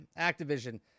activision